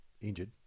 injured